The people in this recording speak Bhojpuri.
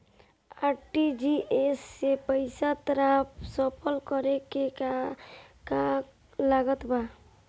आर.टी.जी.एस से पईसा तराँसफर करे मे का का लागत बा?